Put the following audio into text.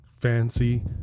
fancy